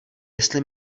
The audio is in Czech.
jestli